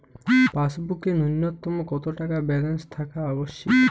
পাসবুকে ন্যুনতম কত টাকা ব্যালেন্স থাকা আবশ্যিক?